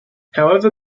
however